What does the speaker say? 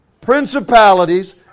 principalities